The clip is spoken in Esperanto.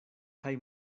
kaj